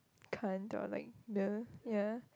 Kant or like the ya